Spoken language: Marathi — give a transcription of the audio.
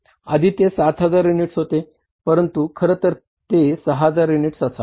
आधी ते 7000 युनिट्स होते परंतु खरतर ते 6 युनिट्स असावेत